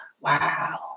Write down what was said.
wow